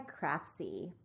Craftsy